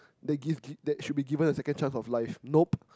that give give that should be given a second chance of life nope